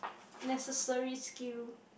necessary skill